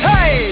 Hey